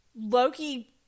Loki